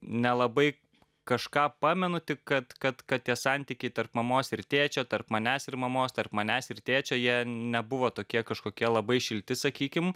nelabai kažką pamenu tik kad kad kad tie santykiai tarp mamos ir tėčio tarp manęs ir mamos tarp manęs ir tėčio jie nebuvo tokie kažkokie labai šilti sakykim